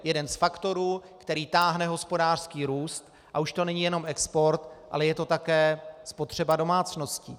Jeden z faktorů, který táhne hospodářský růst, a už to není jenom export, ale je to také spotřeba domácností.